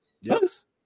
Yes